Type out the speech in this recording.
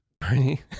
bernie